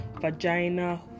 vagina